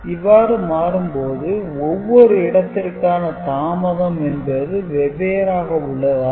இவ்வாறு மாறும்போது ஒவ்வொரு இடத்திற்கான தாமதம் என்பது வெவ்வேறாக உள்ளதால்